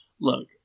Look